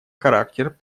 характер